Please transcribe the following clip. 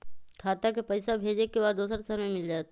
खाता के पईसा भेजेए के बा दुसर शहर में मिल जाए त?